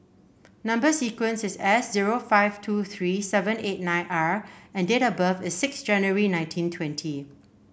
number sequence is S zero five two three seven eight nine R and date of birth is six January nineteen twenty